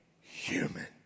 human